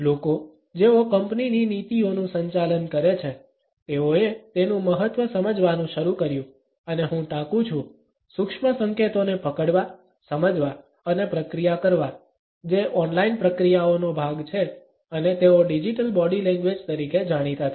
લોકો જેઓ કંપનીની નીતિઓનું સંચાલન કરે છે તેઓએ તેનું મહત્વ સમજવાનું શરૂ કર્યું અને હું ટાંકું છું સૂક્ષ્મ સંકેતોને પકડવા સમજવા અને પ્રક્રિયા કરવા જે ઓનલાઇન પ્રક્રિયાઓનો ભાગ છે અને તેઓ ડિજિટલ બોડી લેંગ્વેજ તરીકે જાણીતા થયા